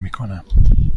میکنم